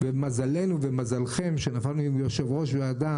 ומזלנו ומזלכם שנפלנו עם יושב-ראש ועדה